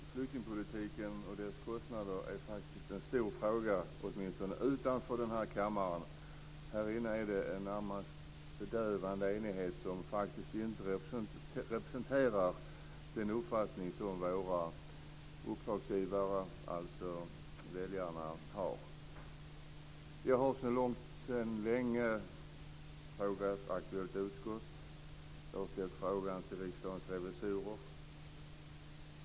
Fru talman! Flyktingpolitiken och dess kostnader är en stor fråga - åtminstone utanför den här kammaren. Här inne är det en närmast bedövande enighet, som faktiskt inte representerar den uppfattning som våra uppdragsgivare, alltså väljarna, har. Jag har sedan länge frågat aktuellt utskott om detta, och jag har ställt frågan till Riksdagens revisorer.